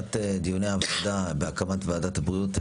בפתיחת דיוני הוועדה בהקמת ועדת הבריאות,